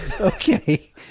Okay